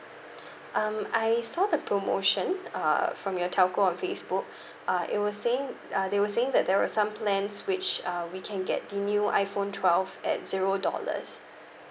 um I saw the promotion uh from your telco on facebook uh it was saying uh they were saying that there were some plans which uh we can get the new iphone twelve at zero dollars